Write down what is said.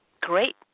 Great